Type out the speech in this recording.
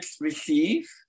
receive